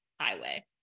highway